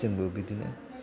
जोंबो बिदिनो